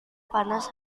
panas